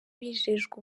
bijejwe